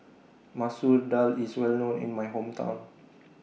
Masoor Dal IS Well known in My Hometown